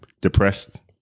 depressed